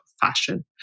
fashion